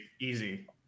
easy